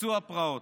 פרצו הפרעות.